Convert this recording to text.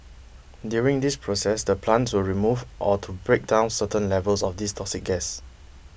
during this process the plants will remove or to break down certain levels of these toxic gas